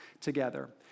together